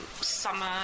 summer